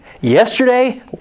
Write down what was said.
yesterday